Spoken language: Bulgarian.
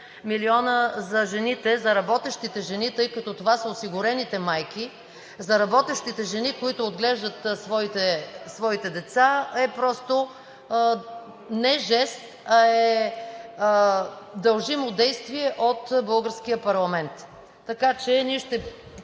милиона за жените, за работещите жени, тъй като това са осигурените майки, за работещите жени, които отглеждат своите деца, е просто не жест, а е дължимо действие от българския парламент. Така че ние ще